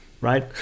right